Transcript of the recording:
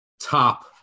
top